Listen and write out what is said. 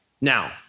Now